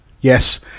Yes